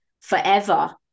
forever